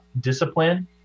discipline